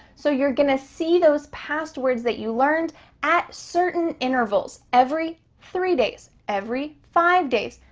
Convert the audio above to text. so you're gonna see those past words that you learned at certain intervals every three days, every five days,